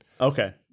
okay